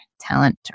talent